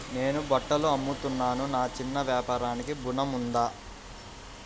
నేను బట్టలు అమ్ముతున్నాను, నా చిన్న వ్యాపారానికి ఋణం ఉందా?